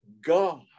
God